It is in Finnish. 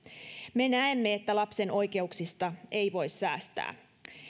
me näemme että lapsen oikeuksista ei voi säästää